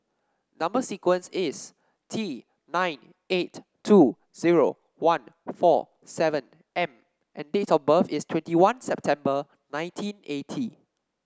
number sequence is T nine eight two zero one four seven M and date of birth is twenty one September nineteen eighty